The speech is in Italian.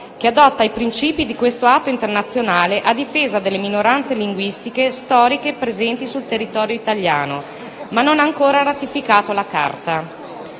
che adotta i principi di questo atto internazionale a difesa delle minoranze linguistiche storiche presenti sul territorio italiano, ma non ha ancora ratificato la Carta.